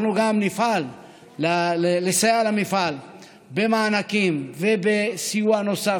אנחנו נפעל גם לסייע למפעל במענקים ובסיוע נוסף